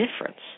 difference